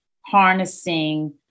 harnessing